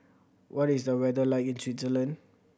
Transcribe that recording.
what is the weather like in Switzerland